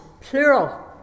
Plural